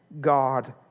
God